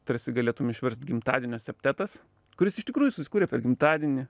tarsi galėtum išverst gimtadienio septetas kuris iš tikrųjų susikūrė per gimtadienį